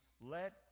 let